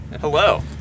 Hello